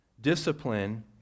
Discipline